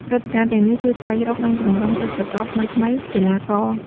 ព្រឹត្តិការណ៍ទាំងនេះជួយស្វែងរក និងពង្រឹងទេពកោសល្យថ្មីៗកីឡាករ។